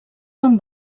són